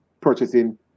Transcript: purchasing